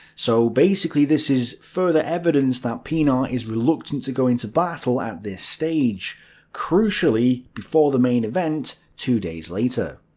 so basically this is further evidence that pienaar is reluctant to go into battle at this stage crucially before the main event two days later.